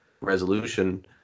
resolution